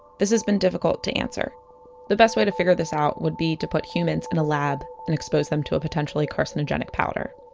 this has been difficult to answer the best way to figure this out would be to put humans in a lab and expose them to a potentially carcinogenic powder.